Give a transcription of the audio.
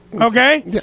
okay